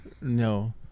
no